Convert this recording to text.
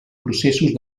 processos